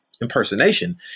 impersonation